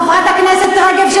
חברת הכנסת רגב,